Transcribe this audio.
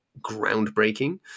groundbreaking